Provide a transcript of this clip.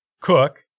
cook